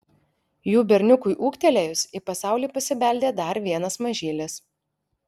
jų berniukui ūgtelėjus į pasaulį pasibeldė dar vienas mažylis